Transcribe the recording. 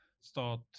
start